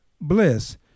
bliss